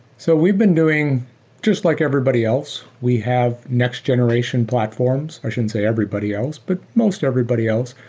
so we've been doing just like everybody else. we have next-generation platforms. i shouldn't say everybody else, but most everybody else.